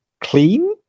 Clean